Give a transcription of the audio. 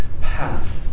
path